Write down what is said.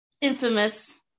infamous